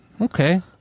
Okay